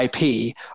IP